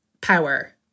power